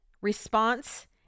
response